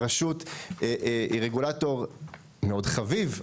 הרשות היא רגולטור מאוד חביב,